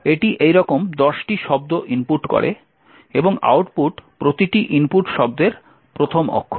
এটি এইরকম দশটি শব্দ ইনপুট করে এবং আউটপুট প্রতিটি ইনপুট শব্দের প্রথম অক্ষর